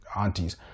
aunties